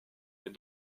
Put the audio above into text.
est